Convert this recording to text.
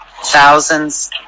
thousands